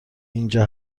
اینجا